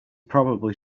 probably